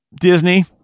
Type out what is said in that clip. Disney